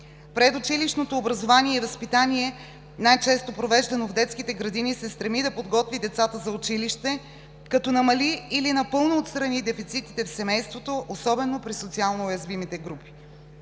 Предучилищното образование и възпитание, най-често провеждано в детските градини, се стреми да подготви децата за училище, като намали или напълно отстрани дефицитите в семейството особено при социално уязвимите групи.